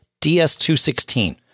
DS216